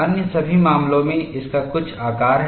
अन्य सभी मामलों में इसका कुछ आकार है